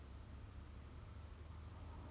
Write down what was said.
reality 有 come up or not after that